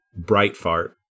Brightfart